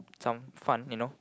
some fun you know